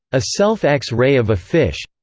a self x ray of a fish.